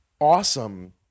awesome